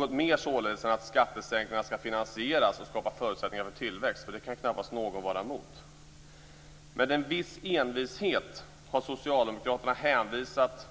Detta innebär således något mer än att skattesänkningarna skall finansieras och skapa förutsättningar för tillväxt - det kan knappast någon vara emot. Med en viss envishet har socialdemokraterna hänvisat